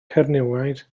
cernywiaid